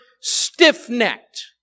stiff-necked